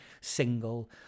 single